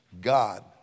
God